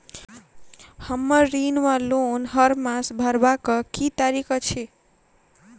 हम्मर ऋण वा लोन हरमास भरवाक की तारीख अछि?